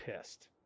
pissed